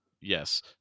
Yes